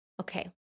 Okay